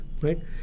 right